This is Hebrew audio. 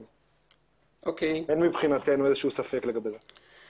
אין מבחינתנו איזשהו ספק לגבי זה.